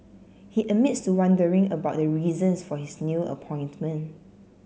he admits to wondering about the reasons for his new appointment